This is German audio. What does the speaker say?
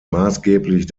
maßgeblich